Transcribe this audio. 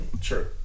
Sure